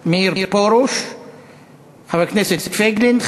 חבר הכנסת מאיר פרוש וחבר הכנסת פייגלין,